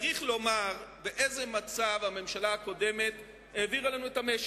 צריך לומר באיזה מצב הממשלה הקודמת העבירה לנו את המשק,